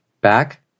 back